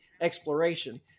exploration